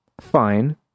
Fine